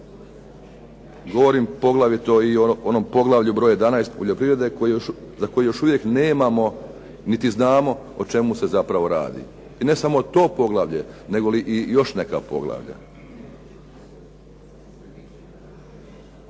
Govorim poglavito i o onom poglavlju broj 11 poljoprivrede za koje još uvijek nemamo niti znamo o čemu se zapravo radi. I ne samo to poglavlje nego i još neka poglavlja.